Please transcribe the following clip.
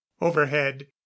overhead